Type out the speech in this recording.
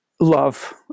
love